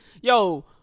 Yo